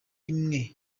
imwe